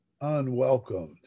unwelcomed